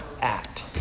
act